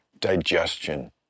digestion